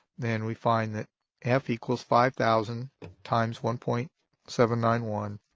then we find that f equals five thousand times one point seven nine one,